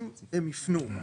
אם הם יפנו,